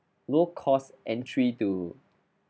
low cost entry to